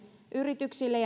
yrityksille